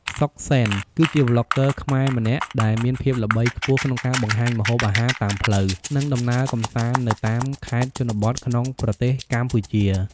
សុខសេន គឺជាប្លុកហ្គើខ្មែរម្នាក់ដែលមានភាពល្បីខ្ពស់ក្នុងការបង្ហាញម្ហូបអាហារតាមផ្លូវ និងដំណើរកម្សាន្តនៅតាមខេត្តជនបទក្នុងប្រទេសកម្ពុជា។